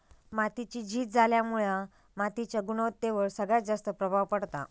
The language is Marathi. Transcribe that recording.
मातीची झीज झाल्यामुळा मातीच्या गुणवत्तेवर सगळ्यात जास्त प्रभाव पडता